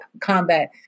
combat